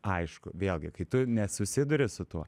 aišku vėlgi kai tu net susiduria su tuo